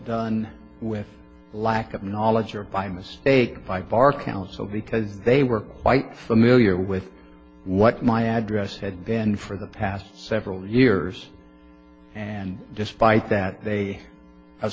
done with lack of knowledge or by mistake by bar council because they were quite familiar with what my address had been for the past several years and despite that they